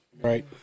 Right